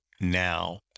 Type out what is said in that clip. now